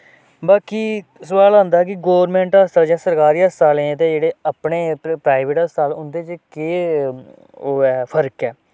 बाकी सवाल औंदा कि गोरमैंट हस्पताल जां सरकारी हस्पतालें च ते जेह्ड़े अपने प्र प्राइवेट हस्पतालें उं'दे च केह् ओह् ऐ फर्क ऐ